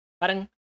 Parang